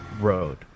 road